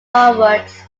onwards